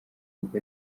kuko